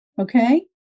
okay